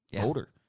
older